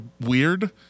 weird